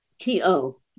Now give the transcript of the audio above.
T-O